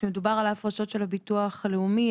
כשמדובר על ההפרשות של הביטוח הלאומי,